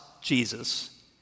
Jesus